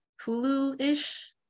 Hulu-ish